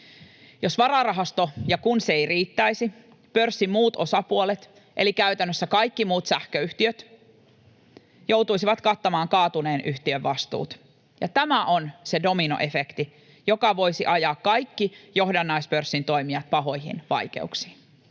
kun vararahasto ei riittäisi, pörssin muut osapuolet, eli käytännössä kaikki muut sähköyhtiöt, joutuisivat kattamaan kaatuneen yhtiön vastuut. Tämä on se dominoefekti, joka voisi ajaa kaikki johdannaispörssin toimijat pahoihin vaikeuksiin,